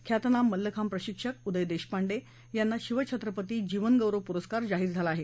ख्यातनाम मल्लखांब प्रशिक्षक उदय देशपांडे यांना शिव छत्रपती जीवनगौरव पुरस्कारजाहीर झाला आहे